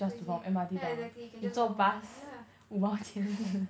crazy yeah exactly can just walk home yeah